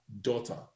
daughter